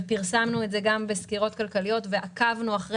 ופרסמנו את זה גם בסקירות כלכליות ועקבנו אחרי